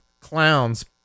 clowns